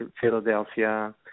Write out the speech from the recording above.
Philadelphia